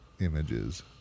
images